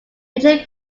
rachel